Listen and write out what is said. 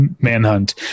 manhunt